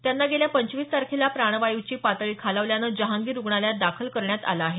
त्यांना गेल्या पंचवीस तारखेला प्राणवायूची पातळी खालावल्यानं जहांगीर रुग्णालयात दाखल करण्यात आलं आहे